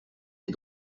des